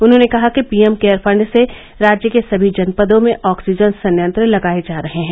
उन्होंने कहा कि पीएम केयर फण्ड से राज्य के सभी जनपदों में ऑक्सीजन संयंत्र लगाये जा रहे हैं